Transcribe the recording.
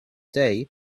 day